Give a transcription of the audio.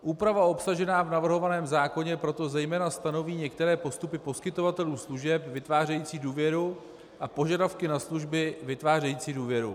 Úprava obsažená v navrhovaném zákoně proto zejména stanoví některé postupy poskytovatelů služeb vytvářející důvěru a požadavky na služby vytvářející důvěru.